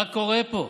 מה קורה פה?